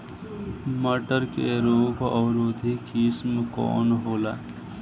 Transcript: मटर के रोग अवरोधी किस्म कौन होला?